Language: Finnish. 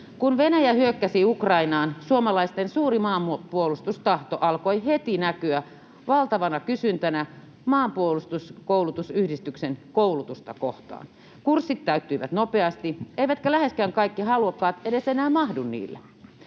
Kun Venäjä hyökkäsi Ukrainaan, suomalaisten suuri maanpuolustustahto alkoi heti näkyä valtavana kysyntänä Maanpuolustuskoulutusyhdistyksen koulutusta kohtaan. Kurssit täyttyivät nopeasti, eivätkä läheskään kaikki halukkaat edes enää mahdu niille.